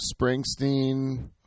Springsteen